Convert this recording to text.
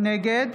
נגד